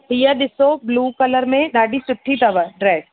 हीअ ॾिसो blue colour में ॾाढी सुठी अथव ड्रेस